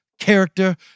Character